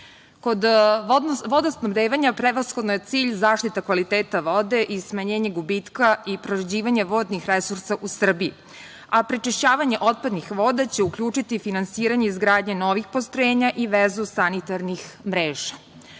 vodosnabdevanja prevashodno je cilj zaštita kvaliteta vode i smanjenje gubitka i proređivanje vodnih resursa u Srbiji, a prečišćavanje otpadnih voda će uključiti finansiranje izgradnje novih postrojenja i vezu sanitarnih mreža.